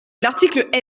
l’article